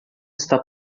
está